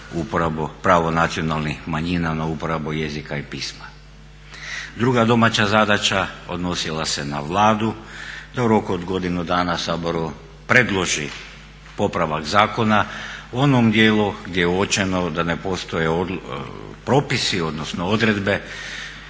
uporabu, pravo nacionalnih manjina na uporabu jezika i pisma. Druga domaća zadaća odnosila se na Vladu da u roku od godinu dana Saboru predloži popravak zakona u onom dijelu gdje je uočeno da ne postoje propisi, odnosno odredbe